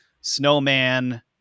snowman